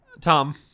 tom